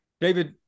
David